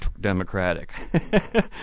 democratic